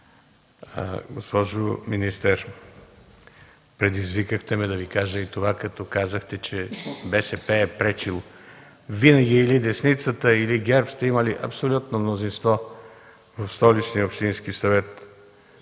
Госпожо министър, предизвикахте ме да Ви кажа и това, като казахте, че БСП е пречила. Винаги или десницата, или ГЕРБ сте имали абсолютно мнозинство в Столичния общински съвет